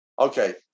Okay